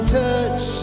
touch